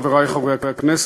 חברי חברי הכנסת,